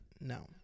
No